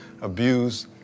abused